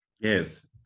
Yes